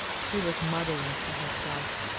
she was muttering to herself.